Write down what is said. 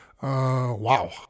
wow